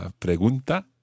pregunta